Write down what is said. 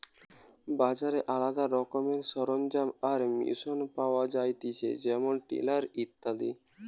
বাজারে আলদা রকমের সরঞ্জাম আর মেশিন পাওয়া যায়তিছে যেমন টিলার ইত্যাদি